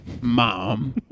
Mom